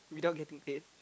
without getting paid